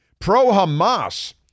pro-Hamas